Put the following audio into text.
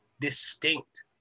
distinct